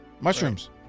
Mushrooms